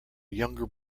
younger